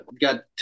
got